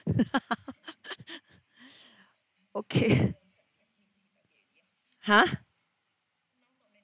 okay !huh!